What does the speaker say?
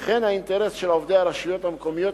וכן האינטרס של עובדי הרשויות המקומיות